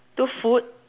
two food